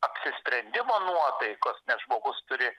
apsisprendimo nuotaikos žmogus turi